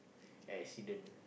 accident